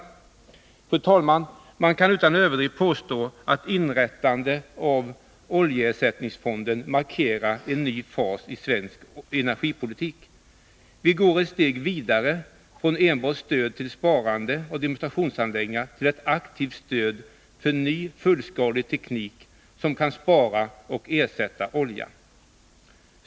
Fru talman! Man kan utan överdrift påstå att inrättandet av oljeersättningsfonden markerar en ny fas i svensk energipolitik. Vi går ett steg vidare från enbart stöd till sparande och demonstrationsanläggningar till ett aktivt stöd för ny fullskalig teknik som kan spara och ersätta olja.